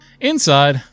Inside